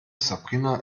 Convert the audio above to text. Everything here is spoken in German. sabrina